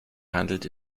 handelt